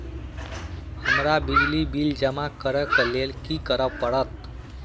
हमरा बिजली बिल जमा करऽ केँ लेल की करऽ पड़त?